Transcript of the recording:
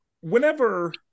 whenever